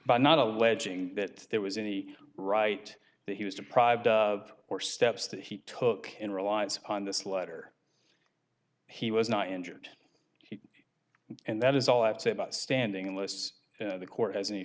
by not alleging that there was any right that he was deprived of or steps that he took in reliance on this letter he was not injured and that is all i have said about standing lists the court has any